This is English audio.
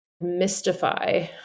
mystify